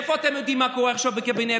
מאיפה אתם יודעים מה קורה עכשיו בקבינט?